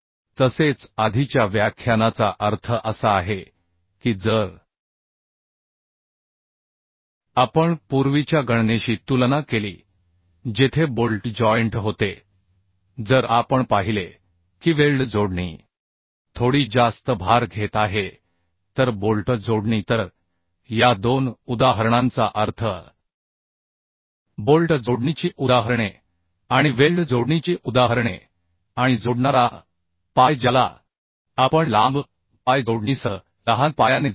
तसेच आधीच्या व्याख्यानाचा अर्थ असा आहे की जर आपण पूर्वीच्या गणनेशी तुलना केली जेथे बोल्ट जॉइंट होते जर आपण पाहिले की वेल्ड जोडणी थोडी जास्त भार घेत आहे तर बोल्ट जोडणी तर या दोन उदाहरणांचा अर्थ बोल्ट जोडणीची उदाहरणे आणि वेल्ड जोडणीची उदाहरणे आणि जोडणारा पाय ज्याला आपण लांब पाय जोडणीसह लहान पायाने जोडतो